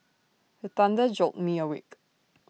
the thunder jolt me awake